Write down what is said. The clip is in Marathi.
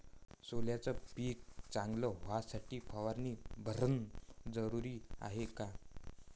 सोल्याचं पिक चांगलं व्हासाठी फवारणी भरनं जरुरी हाये का?